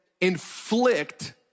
inflict